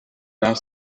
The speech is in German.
nach